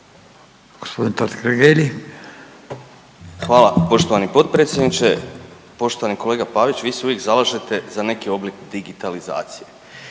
Hvala poštovani potpredsjedniče. Poštovani kolega Pavić. Vi se uvijek zalažete za neki oblik digitalizacije.